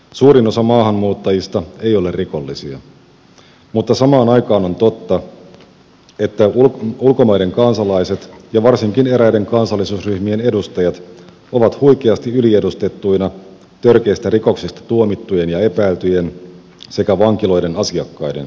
suurin osa maahanmuuttajista ei ole rikollisia mutta samaan aikaan on totta että ulkomaiden kansalaiset ja varsinkin eräiden kansallisuusryhmien edustajat ovat huikeasti yliedustettuina törkeistä rikoksista tuomittujen ja epäiltyjen sekä vankiloiden asiakkaiden joukossa